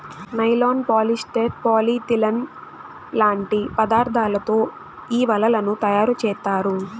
nylon, polyester, polyethylene లాంటి పదార్థాలతో ఈ వలలను తయారుచేత్తారు